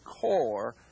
core